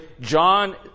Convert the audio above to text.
John